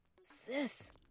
Sis